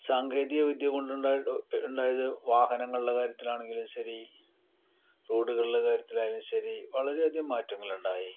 സാങ്കേതികവിദ്യ കൊണ്ടുണ്ടായ ഉണ്ടായത് വാഹനങ്ങളുടെ കാര്യത്തിലാണെങ്കിലും ശരി റോഡുകളുടെ കാര്യത്തിലായാലും ശരി വളരെയധികം മാറ്റങ്ങളുണ്ടായി